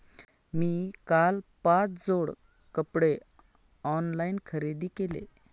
मी काल पाच जोड कपडे ऑनलाइन खरेदी केले